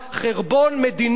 חרבון מדיני מוחלט.